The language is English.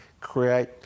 create